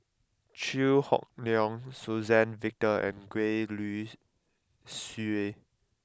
Chew Hock Leong Suzann Victor and Gwee Li Sui